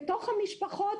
היו עם המשפחות